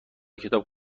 کتاب